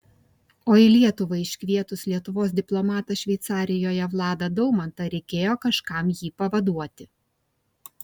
o į lietuvą iškvietus lietuvos diplomatą šveicarijoje vladą daumantą reikėjo kažkam jį pavaduoti